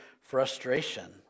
frustration